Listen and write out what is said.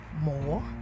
more